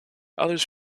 others